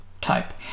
type